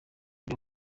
ryo